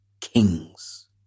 kings